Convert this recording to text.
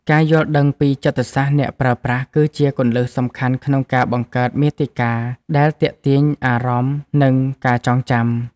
ការយល់ដឹងពីចិត្តសាស្ត្រអ្នកប្រើប្រាស់ គឺជាគន្លឹះសំខាន់ក្នុងការបង្កើតមាតិកាដែលទាក់ទាញអារម្មណ៍ និងការចងចាំ។